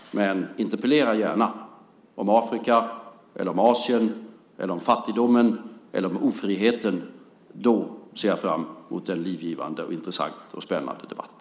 Men interpellera gärna om Afrika, om Asien, om fattigdomen eller om ofriheten. Då ser jag fram emot en livgivande, intressant och spännande debatt.